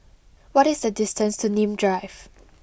what is the distance to Nim Drive